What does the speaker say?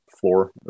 floor